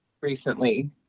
recently